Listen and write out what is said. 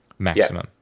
Maximum